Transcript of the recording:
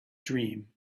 dream